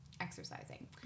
exercising